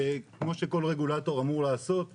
כמו שכל רגולטור אמור לעשות ושעשינו.